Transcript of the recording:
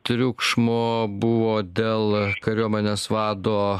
triukšmo buvo dėl kariuomenės vado